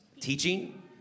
Teaching